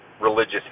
religious